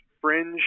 fringe